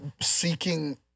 seeking